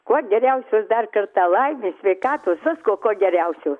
kuo geriausios dar kartą laimės sveikatos visko ko geriausio